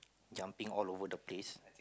jumping all over the place